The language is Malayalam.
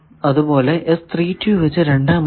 അതുപോലെ വച്ച് രണ്ടാമത്തെയും